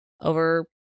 over